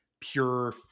pure